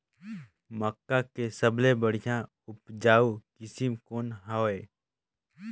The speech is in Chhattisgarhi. मक्का के सबले बढ़िया उपजाऊ किसम कौन हवय?